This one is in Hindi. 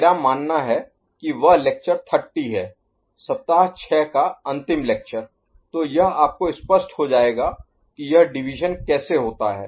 मेरा मानना है कि वह लेक्चर 30 है सप्ताह 6 का अंतिम लेक्चर तो यह आपको स्पष्ट हो जाएगा कि यह डिवीज़न Division विभाजन कैसे होता है